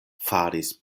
faris